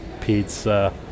pizza